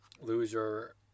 loser